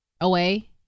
away